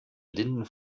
blinden